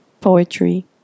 poetry